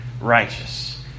righteous